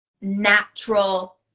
natural